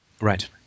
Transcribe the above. Right